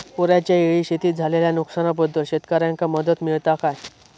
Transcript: पुराच्यायेळी शेतीत झालेल्या नुकसनाबद्दल शेतकऱ्यांका मदत मिळता काय?